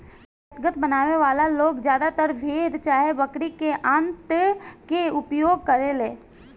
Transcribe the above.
catgut बनावे वाला लोग ज्यादातर भेड़ चाहे बकरी के आंत के उपयोग करेले